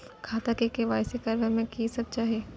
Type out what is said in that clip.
खाता के के.वाई.सी करबै में की सब चाही?